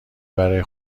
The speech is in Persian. برای